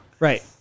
Right